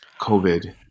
COVID